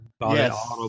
yes